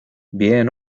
bien